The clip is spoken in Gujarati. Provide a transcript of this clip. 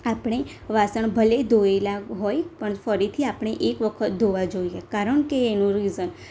આપણે વાસણ ભલે ધોયેલા હોય પણ ફરીથી આપણે એક વખત ધોવા જોઈએ કારણકે એનું રિસન